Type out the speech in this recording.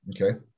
Okay